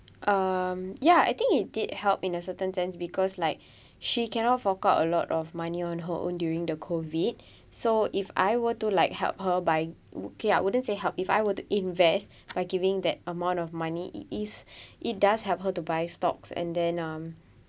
um ya I think it did help in a certain sense because like she cannot fork out a lot of money on her own during the COVID so if I were to like help her by okay I wouldn't say help if I were to invest by giving that amount of money it is it does help her to buy stocks and then um